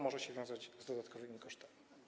Może się to wiązać z dodatkowymi kosztami.